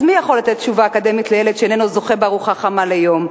אז מי יכול לתת תשובה אקדמית לילד שאיננו זוכה בארוחה חמה ליום?